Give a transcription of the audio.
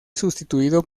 sustituido